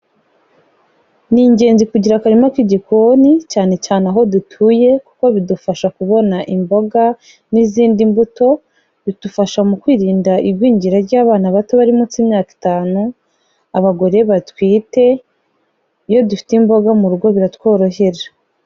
Ni ingenzi kugira akarima k'igikoni cyane cyane aho dutuye kuko bidufasha kubona imboga n'izindi mbuto, bidufasha mu kwirinda igwingira ry'abana bato bari munsi imyaka itanu, abagore batwite, iyo dufite imboga mu rugo biratworohera.